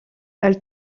elle